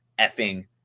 effing